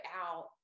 out